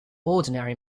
ordinary